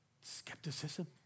skepticism